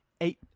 eight